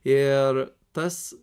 ir tas